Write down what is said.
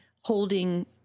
holding